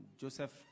joseph